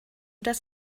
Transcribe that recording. das